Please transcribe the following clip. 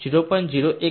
1 છે